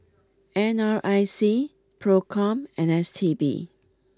N R I C Procom and S T B